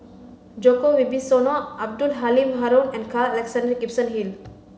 Djoko Wibisono Abdul Halim Haron and Carl Alexander Gibson Hill